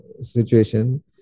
situation